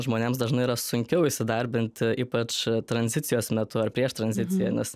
žmonėms dažnai yra sunkiau įsidarbinti ypač tranzicijos metu ar prieš tranziciją nes